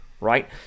Right